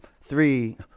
three